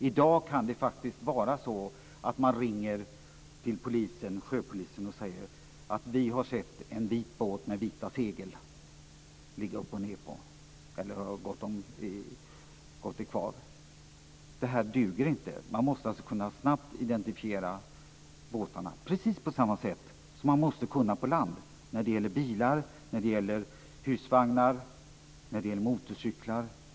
I dag kan det faktiskt vara så att man ringer till sjöpolisen och säger man har sett en vit båt med vita segel ligga upp och ned eller som har gått i kvav. Detta duger inte. Man måste snabbt kunna identifiera båtarna, precis på samma sätt som man måste kunna på land när det gäller bilar, husvagnar och motorcyklar.